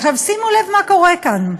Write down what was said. עכשיו, שימו לב מה קורה כאן,